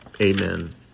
amen